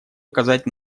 оказать